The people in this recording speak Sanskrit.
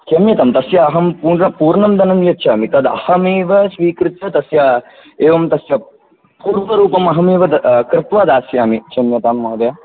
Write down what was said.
क्षम्यतां तस्य अहं पूर्णं धनं यच्छामि तदहमेव स्वीकृत्य तस्य एवं तस्य पूर्वरूपं अहमेव कृत्वा दास्यामि क्षम्यतां महोदय